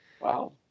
Wow